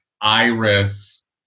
iris